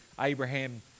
Abraham